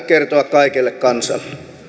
kertoa kaikelle kansalle